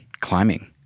climbing